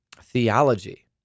theology